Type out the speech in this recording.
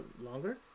longer